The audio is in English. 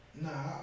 Nah